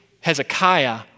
Hezekiah